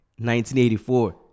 1984